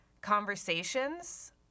conversations